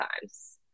times